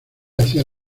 hacía